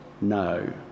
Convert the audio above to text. no